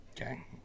Okay